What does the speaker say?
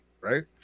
right